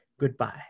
goodbye